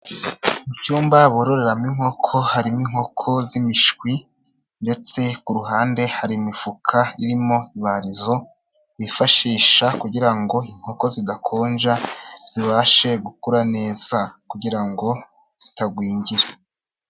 Mu byumba bororeramo inkoko harimo inkoko z'imishwi ndetse ku ruhande hari imifuka irimo ibarizo, bifashisha kugira ngo inkoko zidakonja, zibashe gukura neza kugira ngo zitagwingira.